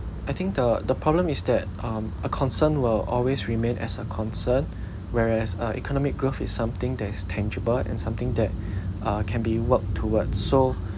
I think the the problem is that um a concern will always remain as a concern whereas uh economic growth is something that is tangible and something that uh can be worked towards so